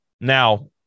Now